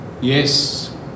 Yes